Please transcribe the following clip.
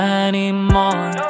anymore